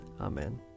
Amen